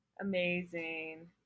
Amazing